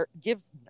gives